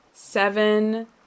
Seven